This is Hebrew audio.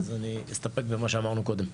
אז אני אסתפק במה שאמרנו קודם.